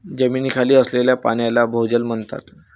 जमिनीखाली असलेल्या पाण्याला भोजल म्हणतात